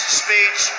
speech